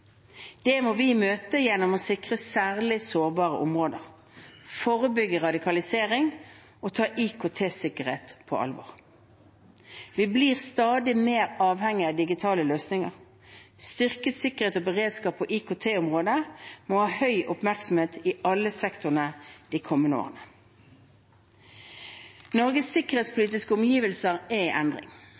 Det må vi møte gjennom å sikre særlig sårbare områder, forebygge radikalisering og ta IKT-sikkerhet på alvor. Vi blir stadig mer avhengig av digitale løsninger. Styrket sikkerhet og beredskap på IKT-området må ha høy oppmerksomhet i alle sektorer de kommende årene. Norges sikkerhetspolitiske omgivelser er i endring.